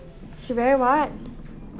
she very what